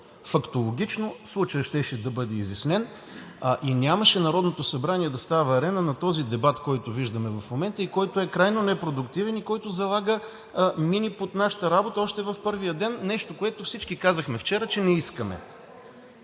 фактологично. Случаят щеше да бъде изяснен и нямаше Народното събрание да става арена на този дебат, който виждаме в момента, който е крайно непродуктивен и който залага мини под нашата работа още в първия ден. Нещо, което всички казахме вчера, че не искаме.